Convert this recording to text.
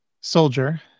Soldier